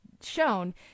shown